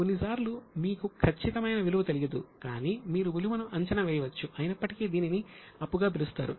కొన్నిసార్లు మీకు ఖచ్చితమైన విలువ తెలియదు కానీ మీరు విలువను అంచనా వేయవచ్చు అయినప్పటికీ దీనిని అప్పుగా పిలుస్తారు